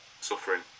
suffering